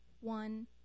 one